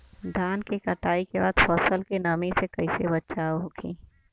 धान के कटाई के बाद फसल के नमी से कइसे बचाव होखि?